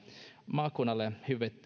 maakunnalle